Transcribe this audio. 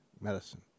medicine